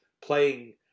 playing